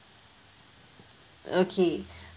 okay